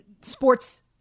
sports